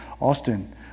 Austin